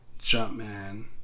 Jumpman